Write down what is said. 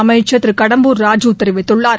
அமைச்சர் திரு கடம்பூர் ராஜு தெரிவித்துள்ளார்